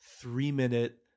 three-minute